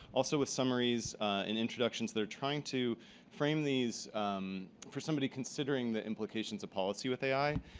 also, with summaries and introductions. they're trying to frame these for somebody considering the implications of policy with ai,